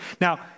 Now